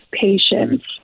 patients